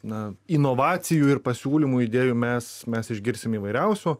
na inovacijų ir pasiūlymų idėjų mes mes išgirsime įvairiausių